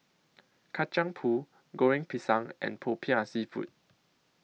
Kacang Pool Goreng Pisang and Popiah Seafood